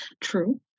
True